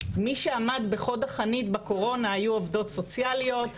מי שעמד בחוד החנית בקורונה היום עובדות סוציאליות,